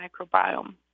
microbiome